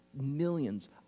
millions